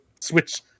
switch